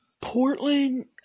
Portland